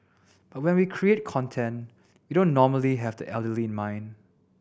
but when we create content we don't normally have the elderly in mind